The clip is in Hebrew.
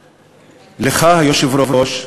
לך, היושב-ראש,